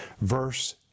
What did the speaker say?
Verse